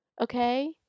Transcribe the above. Okay